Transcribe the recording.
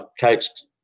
coached